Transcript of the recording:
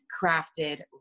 crafted